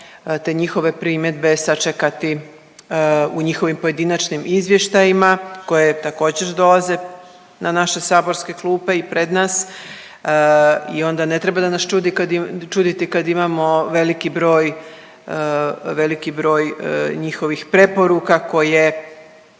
te njihove primjedbe sačekati u njihovim pojedinačnim izvještajima koje također, dolaze na naše saborske klupe i pred nas i onda ne treba da nas čudi kad ima, čuditi kad imamo veliki broj, veliki broj njihovih preporuka koje